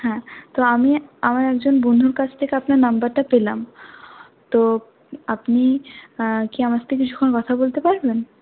হ্যাঁ তো আমি আমার একজন বন্ধুর কাছ থেকে আপনার নাম্বারটা পেলাম তো আপনি হ্যাঁ কি আমার সাথে কিছুক্ষণ কথা বলতে পারবেন